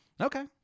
Okay